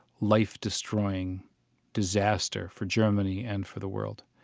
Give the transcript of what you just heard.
life-destroying disaster for germany and for the world.